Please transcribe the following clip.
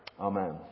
Amen